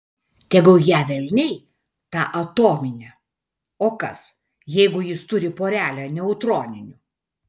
tegul ją velniai tą atominę o kas jeigu jis turi porelę neutroninių